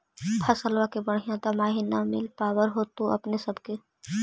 फसलबा के बढ़िया दमाहि न मिल पाबर होतो अपने सब के?